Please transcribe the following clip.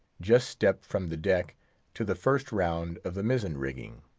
just stepped from the deck to the first round of the mizzen-rigging.